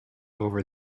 over